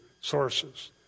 sources